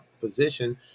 position